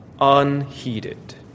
unheeded